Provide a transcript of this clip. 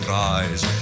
rise